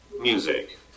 Music